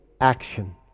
action